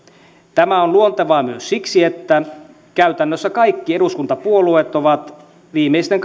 tämä on luontevaa myös siksi että käytännössä kaikki eduskuntapuolueet ovat viimeisten